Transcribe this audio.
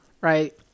right